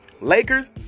Lakers